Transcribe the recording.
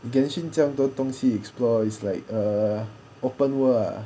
genshin 这样多东西 explore is like err open world ah